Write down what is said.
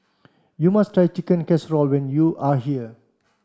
you must try Chicken Casserole when you are here